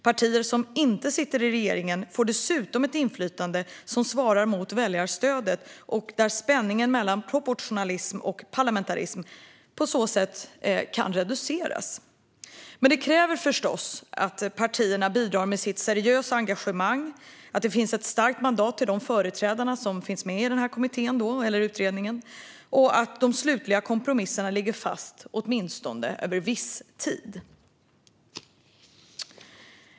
Partier som inte sitter i regeringen får dessutom ett inflytande som svarar mot väljarstödet, och spänningen mellan proportionalism och parlamentarism kan på det sättet reduceras. Detta kräver förstås att partierna bidrar med sitt seriösa engagemang, att det finns ett starkt mandat till företrädarna i kommittén eller utredningen och att de slutliga kompromisserna ligger fast åtminstone över viss tid.